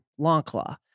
Longclaw